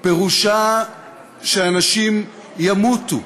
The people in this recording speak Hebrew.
פירושו שאנשים ימותו.